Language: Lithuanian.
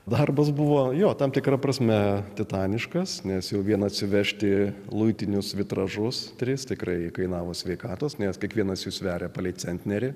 darbas buvo jo tam tikra prasme titaniškas nes jau vien atsivežti luitinius vitražus tris tikrai kainavo sveikatos nes kiekvienas jų sveria palei centnerį